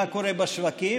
מה קורה בשווקים,